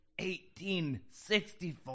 1864